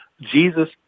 Jesus